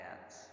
dance